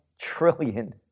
trillion